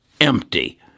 empty